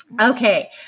Okay